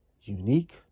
unique